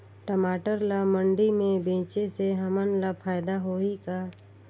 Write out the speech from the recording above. टमाटर ला मंडी मे बेचे से हमन ला फायदा होही का?